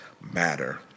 matter